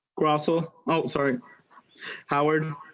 we're also well sorry howard.